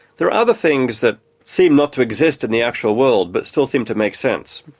there are other things that seem not to exist in the actual world, but still seem to make sense.